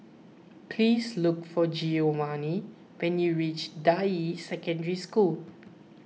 please look for Giovanny when you reach Deyi Secondary School